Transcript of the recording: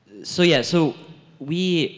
so yeah so we